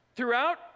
throughout